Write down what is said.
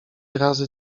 razy